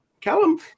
callum